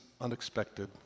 unexpected